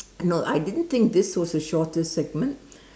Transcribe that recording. no I didn't think this was the shortest segment